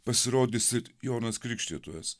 pasirodys ir jonas krikštytojas